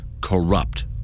corrupt